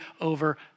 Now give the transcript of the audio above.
over